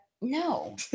No